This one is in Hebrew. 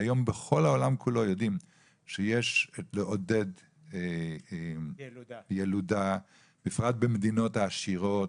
שהיום בכל העולם כולו יודעים שיש לעודד ילודה בפרט במדינות העשירות,